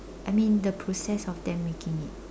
I mean the process of them making it